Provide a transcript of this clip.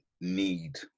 need